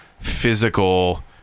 physical